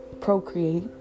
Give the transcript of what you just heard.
procreate